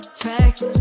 tracks